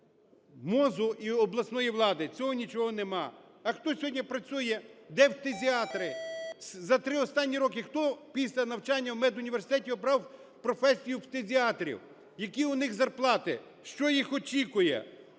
МОЗу і обласної влади. Цього нічого нема. А хто сьогодні працює, де фтизіатри? За 3 останні роки хто після навчання в медуніверситеті обрав професію фтизіатрів? Які у них зарплати? Що їх очікує?